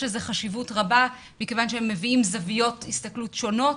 יש לזה חשיבות רבה מכיוון שהם מביאים זוויות הסתכלות שונות.